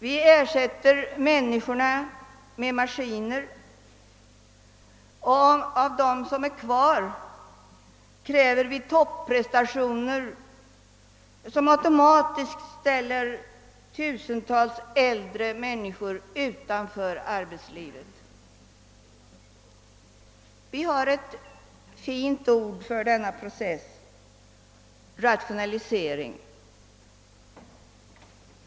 Vi ersätter människorna med maskiner, och av dem som sedan blir kvar i produktionen kräver vi topprestationer, som automatiskt ställer tusentals äldre människor utanför arbetslivet. i Vi har ett fint ord för denna process: rationalisering.